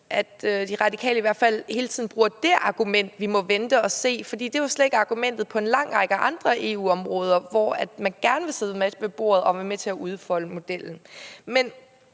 at De Radikale hele tiden bruger argumentet, at vi må vente og se, for det er jo slet ikke argumentet på en lang række andre EU-områder, hvor man gerne vil sidde med ved bordet og være med til at udfolde modellen. Jeg